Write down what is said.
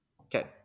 Okay